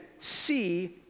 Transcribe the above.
see